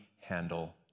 handle